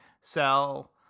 sell